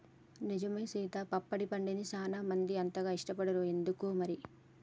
నిజమే సీత పొప్పడి పండుని సానా మంది అంతగా ఇష్టపడరు ఎందుకనో మరి